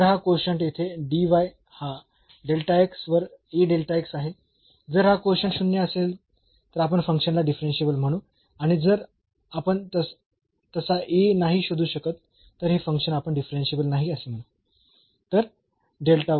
तर हा कोशंट येथे हा वर आहे जर हा कोशंट 0 असेल तर आपण फंक्शन ला डिफरन्शियेबल म्हणू आणि जर आपण तसा नाही शोधू शकत तर हे फंक्शन आपण डिफरन्शियेबल नाही असे म्हणू